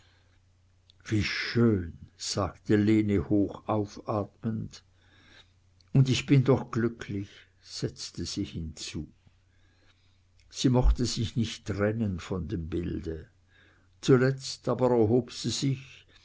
wie schön sagte lene hochaufatmend und ich bin doch glücklich setzte sie hinzu sie mochte sich nicht trennen von dem bilde zuletzt aber erhob sie sich